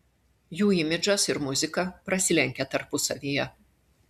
jų imidžas ir muzika prasilenkia tarpusavyje